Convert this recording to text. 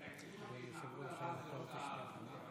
מתקנים אותי שמחמוד עבאס זה ראש הרשות הפלסטינית.